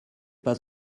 pas